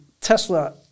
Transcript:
Tesla